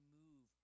move